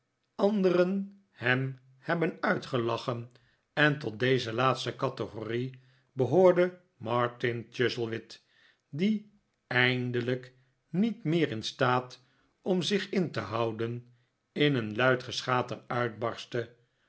anderen hem hebben uitgelachen en tot deze laatste categorie bfthoorde martin chuzzlewit die eindelijk niet meer in staat om zich in te houden in een luid geschater uitbarstte